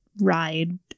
ride